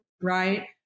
right